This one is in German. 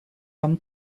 haben